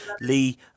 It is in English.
Lee